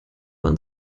man